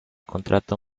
contrato